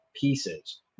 pieces